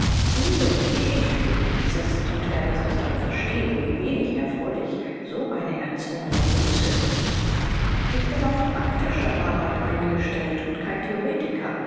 sie sind wie ich publizist und werden es deshalb verstehen wie wenig erfreulich so eine erzwungene muße ist ich bin auf praktische arbeit eingestellt und kein theoretiker